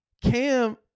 Cam